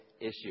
issue